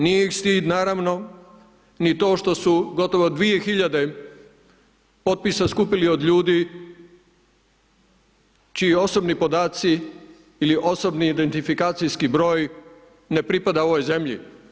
Nije ih stid naravno, ni to što su gotovo 2000 potpisa skupili od ljudi, čiji osobni podaci ili osobni identifikacijski broj ne pripada ovoj zemlji.